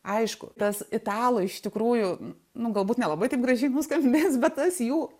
aišku tas italo iš tikrųjų nu galbūt nelabai taip gražiai nuskambės bet tas jų